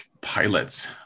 pilots